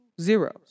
zeros